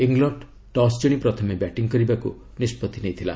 England toss କିଣି ପ୍ରଥମେ batting କରିବାକୁ ନିଷ୍ପଭି ନେଇଥିଲା